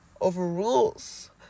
overrules